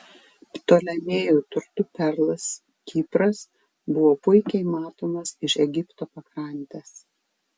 ptolemėjų turtų perlas kipras buvo puikiai matomas iš egipto pakrantės